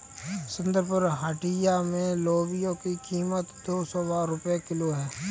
सुंदरपुर हटिया में लोबिया की कीमत दो सौ रुपए किलो है